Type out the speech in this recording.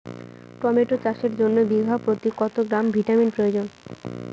Tomato চাষের জন্য বিঘা প্রতি কত গ্রাম ভিটামিন প্রয়োজন?